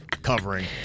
covering